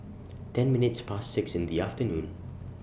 ten minutes Past six in The afternoon